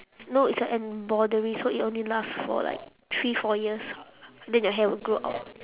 no it's an embroidery so it only lasts for like three four years then your hair will grow out